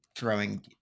throwing